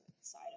side